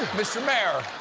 mr. mayor,